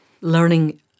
learning